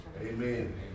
Amen